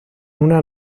una